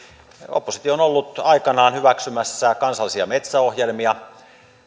oppositio on ollut aikanaan hyväksymässä kansallisia metsäohjelmia